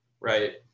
right